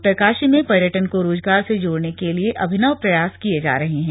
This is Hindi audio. उत्तरकाशी में पर्यटन को रोजगार से जोड़ने के लिए अभिनव प्रयास किए जा रहे हैं